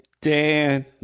Dan